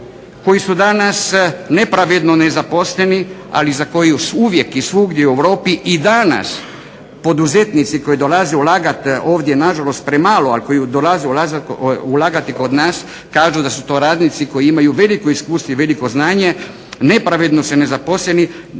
koji su danas nepravedno nezaposleni, ali za koje uvijek i svugdje u Europi i danas poduzetnici koji dolaze ulagati, ovdje je nažalost premalo, ali koji dolaze ulagati kod nas kažu da su to radnici koji imaju veliko iskustvo i veliko znanje, nepravedno su nezaposleni.